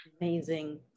Amazing